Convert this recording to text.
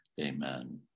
Amen